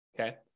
okay